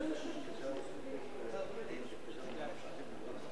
מי ייצג אותנו.